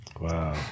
Wow